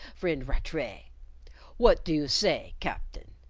friend rattray what do you say, captain?